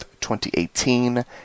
2018